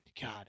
God